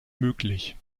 möglich